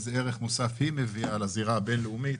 איזה ערך מוסף היא מביאה לזירה הבינלאומית.